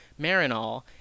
Marinol